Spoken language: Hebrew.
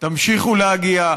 תמשיכו להגיע.